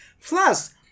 Plus